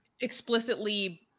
explicitly